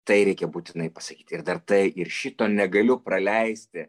tai reikia būtinai pasakyti ir dar tai ir šito negaliu praleisti